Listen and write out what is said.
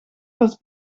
was